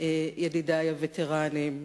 ידידי הווטרנים,